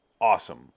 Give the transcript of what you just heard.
awesome